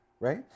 right